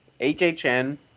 HHN